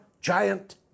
giant